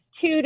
two